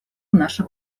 наше